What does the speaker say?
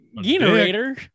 generator